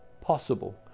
possible